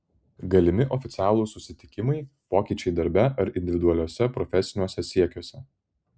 galimi oficialūs susitikimai pokyčiai darbe ar individualiuose profesiniuose siekiuose